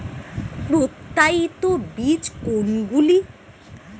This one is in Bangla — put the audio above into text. প্রত্যায়িত বীজ কোনগুলি?